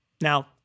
Now